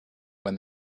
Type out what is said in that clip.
when